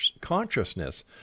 consciousness